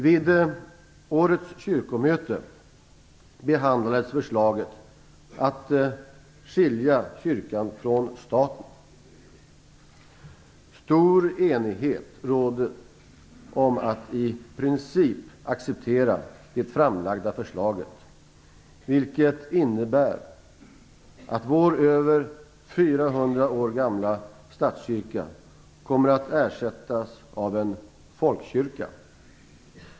Vid årets kyrkomöte behandlades förslaget att skilja kyrkan från staten. Stor enighet rådde om att i princip acceptera det framlagda förslaget, vilket innebär att vår över 400 år gamla statskyrka kommer att ersättas av en folkkyrka.